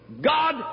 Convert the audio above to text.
God